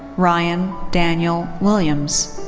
ryan daniel williams.